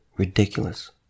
Ridiculous